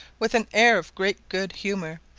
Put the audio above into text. with an air of great good humour,